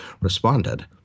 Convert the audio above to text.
responded